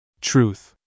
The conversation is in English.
Truth